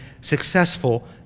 successful